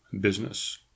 business